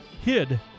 hid